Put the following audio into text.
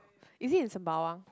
is it in sembawang